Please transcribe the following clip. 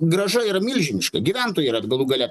grąža yra milžiniška gyventojų yra galų gale